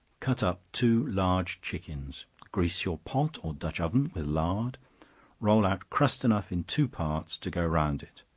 cut up two large chickens grease your pot, or dutch-oven, with lard roll out crust enough in two parts, to go round it,